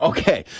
Okay